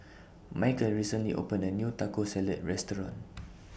Micheal recently opened A New Taco Salad Restaurant